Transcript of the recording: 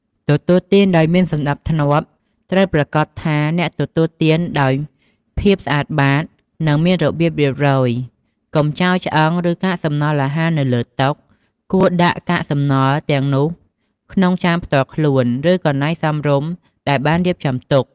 ទទួលទានដោយមានសណ្ដាប់ធ្នាប់ត្រូវប្រាកដថាអ្នកទទួលទានដោយភាពស្អាតបាត និងមានរបៀបរៀបរយ កុំចោលឆ្អឹង ឬកាកសំណល់អាហារនៅលើតុ គួរដាក់កាកសំណល់ទាំងនោះក្នុងចានផ្ទាល់ខ្លួន ឬកន្លែងសមរម្យដែលបានរៀបចំទុក។